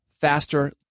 faster